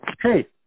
hey